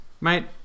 mate